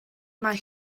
mai